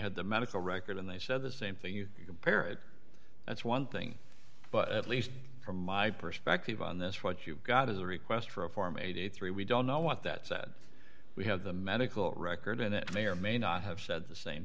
had the medical record and they said the same thing you compare it that's one thing but at least from my perspective on this what you've got is a request for a form eighty three we don't know what that said we have the medical record and it may or may not have said the same